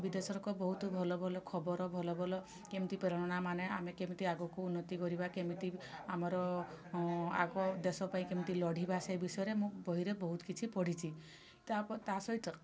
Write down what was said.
ବିଦେଶରକ ବହୁତୁ ଭଲଭଲ ଖବର ଭଲଭଲ କେମିତି ପ୍ରେରଣାମାନେ ଆମେ କେମିତି ଆଗୁକୁ ଉନ୍ନତି କରିବା କେମିତି ଆମର ଆଗ ଦେଶ ପାଇଁ କେମିତି ଲଢ଼ିବା ସେ ବିଷୟରେ ମୁଁ ବହିରେ ବହୁତ କିଛି ପଢ଼ିଛି ତା ପ ତାସହିତ